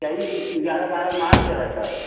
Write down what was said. यही इग्यारा बारा मार्च है सर